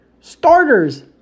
starters